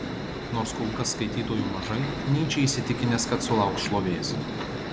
nors kol kas skaitytojų mažai nyčė įsitikinęs kad sulauks šlovės